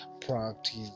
practice